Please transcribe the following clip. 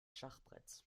schachbretts